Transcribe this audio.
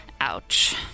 Ouch